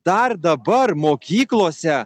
dar dabar mokyklose